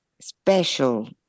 special